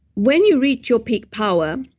when you reach your peak power,